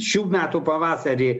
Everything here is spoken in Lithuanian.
šių metų pavasarį